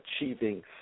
achieving